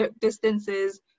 distances